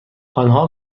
آنها